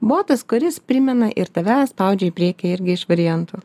botas kuris primena ir tave spaudžia į priekį irgi iš variantų